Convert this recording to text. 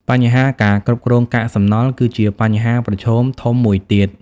បញ្ហាការគ្រប់គ្រងកាកសំណល់ គឺជាបញ្ហាប្រឈមធំមួយទៀត។